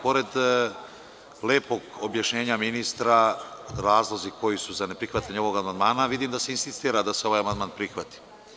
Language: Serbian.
Pored lepog objašnjenja ministra, razlozi koji su za ne prihvatanje ovog amandmana, vidim da se insistira da se ovaj amandman prihvati.